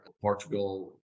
Portugal